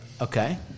Okay